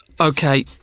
Okay